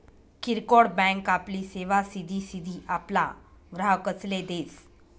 किरकोड बँक आपली सेवा सिधी सिधी आपला ग्राहकसले देस